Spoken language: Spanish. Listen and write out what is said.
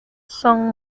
son